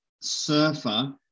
surfer